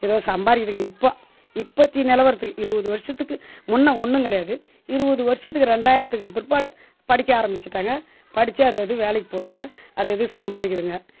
ஏதோ சம்பாதிக்கிதுங்க இப்போது இப்போத்திய நிலவரத்துக்கு இருபது வருஷத்துக்கு முன்னே ஒன்றும் கிடையாது இருபது வருஷத்துக்கு ரெண்டாயிரதுக்கும் பிற்பாடு படிக்க ஆரமிச்சிட்டாங்க படித்து அது அது வேலைக்கு போகுதுங்க அது அது சம்பாதிக்கிதுங்க